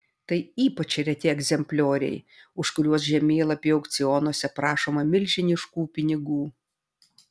tai ypač reti egzemplioriai už kuriuos žemėlapių aukcionuose prašoma milžiniškų pinigų